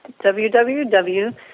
www